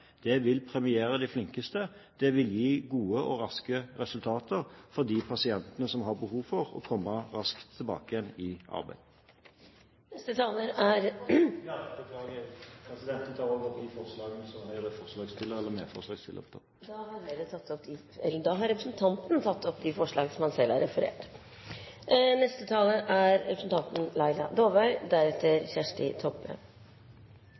Det vil premiere de flinkeste, og det vil gi gode og raske resultater for de pasientene som har behov for å komme raskt tilbake igjen i arbeid. Jeg tar opp de forslagene som Høyre er forslagsstiller til. Representanten Bent Høie har tatt opp